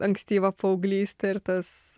ankstyvą paauglystę ir tas